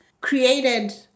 created